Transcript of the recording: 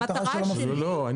לא, לא.